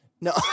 No